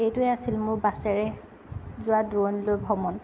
এইটোৱে আছিল মোৰ বাছেৰে যোৱা দূৰণিলৈ ভ্ৰমণ